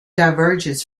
diverges